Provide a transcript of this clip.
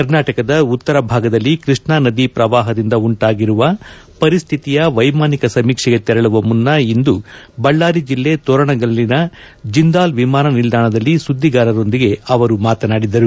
ಕರ್ನಾಟಕದ ಉತ್ತರ ಭಾಗದಲ್ಲಿ ಕೈಷ್ಣಾ ನದಿ ಪ್ರವಾಹದಿಂದ ಉಂಟಾಗಿರುವ ಪರಿಸ್ತಿತಿಯ ವೈಮಾನಿಕ ಸಮೀಕ್ಷೆಗೆ ತೆರಳುವ ಮುನ್ನ ಅಂದು ಬಳ್ದಾರಿ ಜಿಲ್ಲೆ ತೋರಣಗಲ್ಲಿನ ಜಿಂದಾಲ್ ವಿಮಾನ ನಿಲ್ದಾಣದಲ್ಲಿ ಸುದ್ದಿಗಾರರೊಂದಿಗೆ ಅವರು ಮಾತನಾಡಿದರು